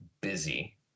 busy